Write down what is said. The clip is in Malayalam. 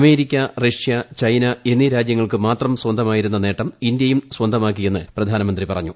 അമേരിക്ക റഷ്യ ചൈന എന്നീ രാജ്യങ്ങൾക്ക് മാത്രം സ്വന്തമായിരുന്ന നേട്ടം ഇന്ത്യയും സ്വന്തമാക്കിയെന്ന് പ്രധാനമന്ത്രി പറഞ്ഞു